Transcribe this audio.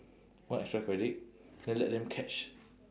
one extra credit then let them catch